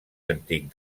antic